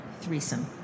threesome